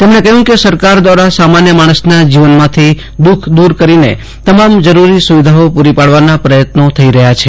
તેમણે કહ્યું કે સરકાર દ્વારા સામાન્ય માણસના જીવનમાંથી દુઃખ દૂર કરીને તમામ જરૂરી સુવિધાઓ પૂરી પાડવાના પ્રયત્નો થઈ રહ્યા છે